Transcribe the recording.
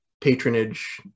patronage